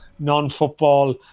Non-football